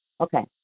Okay